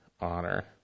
honor